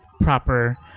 proper